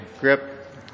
grip